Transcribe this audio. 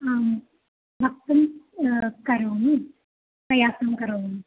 आं वक्तुं करोमि प्रयासं करोमि